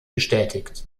bestätigt